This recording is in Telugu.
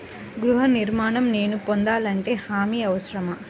గృహ ఋణం నేను పొందాలంటే హామీ అవసరమా?